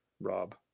Rob